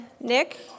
Nick